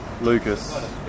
Lucas